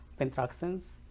pentraxins